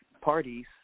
parties